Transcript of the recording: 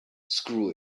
screw